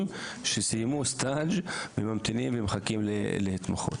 שסיימו סטאז' וממתינים ומחכים להתמחות.